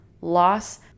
loss